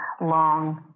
long